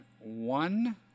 one